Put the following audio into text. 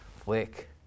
flick